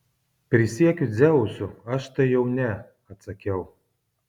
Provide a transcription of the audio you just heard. prisiekiu dzeusu aš tai jau ne atsakiau